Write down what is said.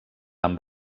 amb